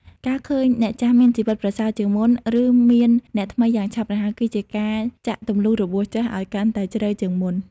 ការឃើញអ្នកចាស់មានជីវិតប្រសើរជាងមុន ឬមានអ្នកថ្មីយ៉ាងឆាប់រហ័ស គឺជាការចាក់ទម្លុះរបួសចាស់ឱ្យកាន់តែជ្រៅជាងមុន។